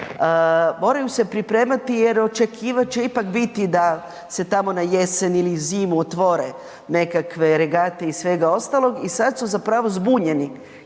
Moraju se pripremati jer očekivat će ipak biti da se tamo na jesen ili zimu otvore nekakve regate i svega ostalog i sad su zapravo zbunjeni